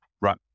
Right